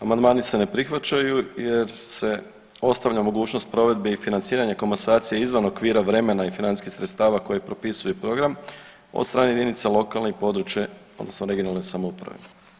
Amandmani se ne prihvaćaju jer se ostavlja mogućnost provedbe i financiranja komasacije izvan okvira vremena i financijskih sredstava koje propisuje program od strane jedinica lokalne i područne (regionalne) samouprave.